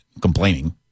complaining